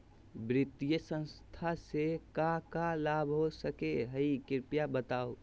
वित्तीय संस्था से का का लाभ हो सके हई कृपया बताहू?